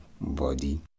body